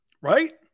right